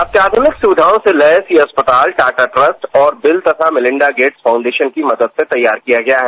अत्याधुनिक सुविधाओ से लैस ये अस्पताल टाटा ट्रस्ट और बिल तथा मेलिंडा गेट्स फाउंडेशन की मदद से तैयार किया गया है